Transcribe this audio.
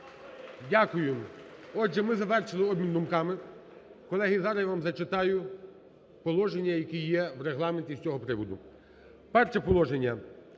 Дякую. Отже, ми завершили обмін думками. Колеги, зараз я вам зачитаю положення, які є в Регламенті з цього приводу. Перше положення,